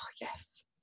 yes